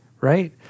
right